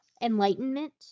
Enlightenment